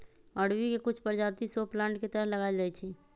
अरबी के कुछ परजाति शो प्लांट के तरह लगाएल जाई छई